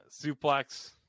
Suplex